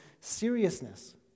seriousness